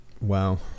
Wow